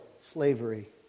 slavery